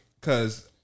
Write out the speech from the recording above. cause